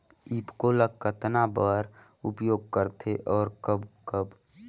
ईफको ल कतना बर उपयोग करथे और कब कब?